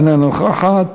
אינה נוכחת,